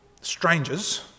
strangers